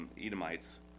Edomites